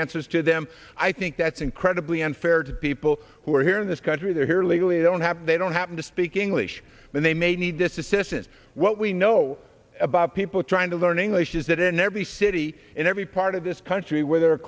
answers to them i think that's incredibly unfair to people who are here in this country they're here legally they don't have they don't happen to speak english and they may need this assistance what we know about people trying to learn english is that in every city in every part of this country where there are